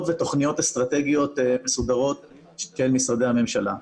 ותוכניות אסטרטגיות מסודרות של משרדי הממשלה.